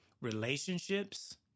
relationships